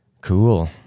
Cool